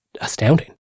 astounding